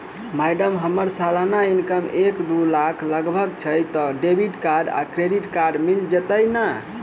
Madam हम्मर सलाना income एक दु लाख लगभग छैय तऽ डेबिट कार्ड आ क्रेडिट कार्ड मिल जतैई नै?